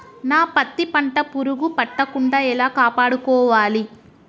నా పత్తి పంట పురుగు పట్టకుండా ఎలా కాపాడుకోవాలి?